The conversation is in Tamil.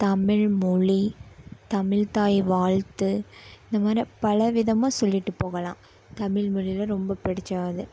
தமிழ்மொழி தமிழ்த்தாய் வாழ்த்து இந்த மாதிரி பலவிதமாக சொல்லிவிட்டு போகலாம் தமிழ்மொழியில் ரொம்ப பிடிச்சது